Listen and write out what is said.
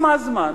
עם הזמן,